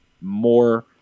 more